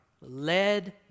Led